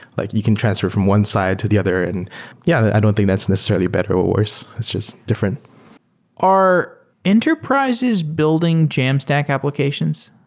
like you can transfer from one side to the other. and yeah, i don't think that's necessarily better or worse. it's just different are enterprises building jamstack applications?